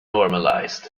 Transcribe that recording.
normalized